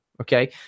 Okay